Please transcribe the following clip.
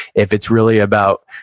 if it's really about,